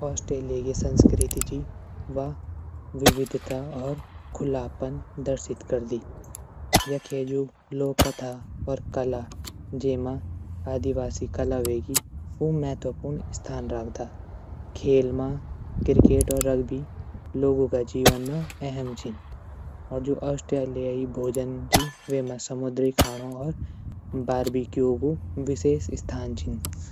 ऑस्ट्रेलिये गी संस्कृति ची व विविधता और खुलापन दर्शित करदी यखे जू लोककथा और कला जेमा आदिवासी कला वेगी उ महत्वपूर्ण स्थान राखदा खेल म क्रिकेट और रग्बी लोगूँ ग जीवन म एहेम छीन और जू ऑस्ट्रेलियाई भोजन ची वेमा समुद्री खाणों और बार्बिक्यू ग विशेष स्थान छीन।